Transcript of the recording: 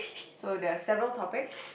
so there are several topics